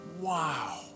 Wow